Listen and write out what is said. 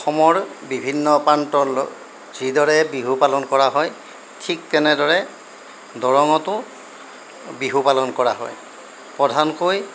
অসমৰ বিভিন্ন প্ৰান্তত যিদৰে বিহু পালন কৰা হয় ঠিক তেনেদৰে দৰঙতো বিহু পালন কৰা হয় প্ৰধানকৈ